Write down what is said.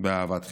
באהבת חינם.